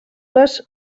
les